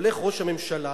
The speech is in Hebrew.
הולך ראש הממשלה